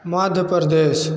Madhya Pradesh